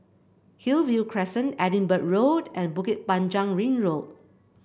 Hillview Crescent Edinburgh Road and Bukit Panjang Ring Road